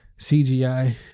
CGI